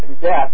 Death